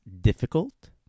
difficult